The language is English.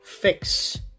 fix